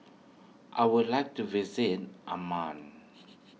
I would like to visit Amman